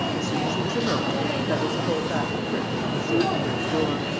as soon as she was alone, clarisse pulled back the curtain that concealed the first door,